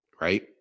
right